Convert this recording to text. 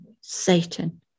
Satan